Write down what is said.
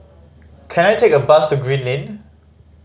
can I take a bus to Green Lane